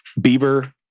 bieber